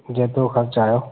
जेतिरो ख़र्चु आयो